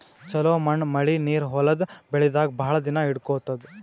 ಛಲೋ ಮಣ್ಣ್ ಮಳಿ ನೀರ್ ಹೊಲದ್ ಬೆಳಿದಾಗ್ ಭಾಳ್ ದಿನಾ ಹಿಡ್ಕೋತದ್